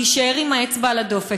להישאר עם האצבע על הדופק,